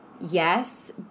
Yes